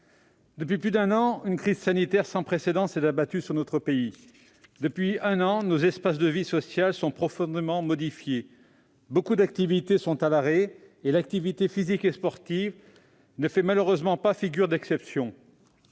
Depuis plus d'un an, une crise sanitaire sans précédent s'est abattue sur notre pays. Depuis plus d'un an, nos espaces de vie sociale sont profondément modifiés : nombre d'activités sont à l'arrêt, l'activité physique et sportive ne faisant malheureusement pas figure d'exception.